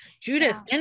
Judith